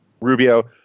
rubio